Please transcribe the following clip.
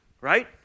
right